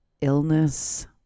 illness